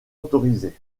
autorisée